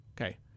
Okay